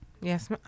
Yes